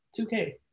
2K